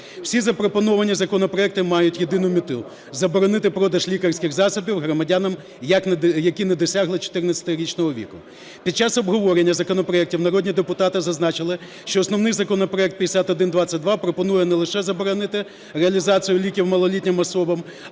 Всі запропоновані законопроекти мають єдину мету – заборона продажу лікарських засобів громадянам, які не досягли чотирнадцятирічного віку. Під час обговорення законопроектів народні депутати зазначили, що основний законопроект 5122 пропонує не лише заборонити реалізацію ліків малолітнім особам,